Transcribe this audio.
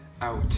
out